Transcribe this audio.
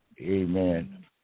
Amen